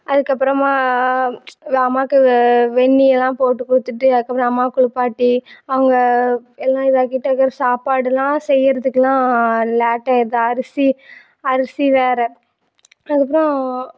அதுக்கு அப்புறமா அம்மாக்கு வெந்நீர்லாம் போட்டு கொடுத்துட்டு அதுக்கு அப்புறம் அம்மாவை குளிப்பாட்டி அவங்க எல்லாம் கிட்டக்க சாப்பாடுலாம் செய்கிறதுக்குலாம் லேட் ஆகிடுது அரிசி அரிசி வேறு அதுக்கு அப்புறம்